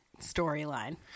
storyline